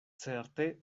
certe